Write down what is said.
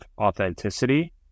authenticity